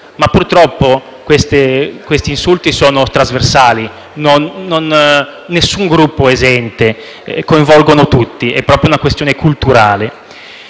Purtroppo questi insulti sono trasversali, nessun Gruppo è esente, coinvolgono tutti: è proprio una questione culturale.